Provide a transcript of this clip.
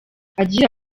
agira